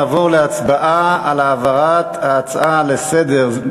נעבור להצבעה על העברת ההצעות לסדר-היום